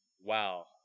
wow